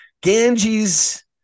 Ganges